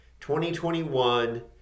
2021